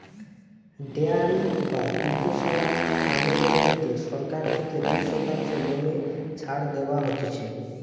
dairy বা দুগ্ধশালার কামেরে লিগে সরকার থেকে দুই শতাংশ লোনে ছাড় দেওয়া হতিছে